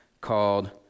called